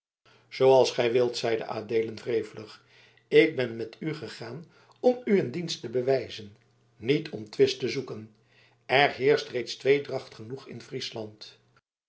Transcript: zooals gij wilt zeide adeelen wrevelig ik ben met u gegaan om u een dienst te bewijzen niet om twist te zoeken er heerscht reeds tweedracht genoeg in friesland